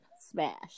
Smash